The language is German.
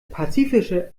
pazifische